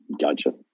Gotcha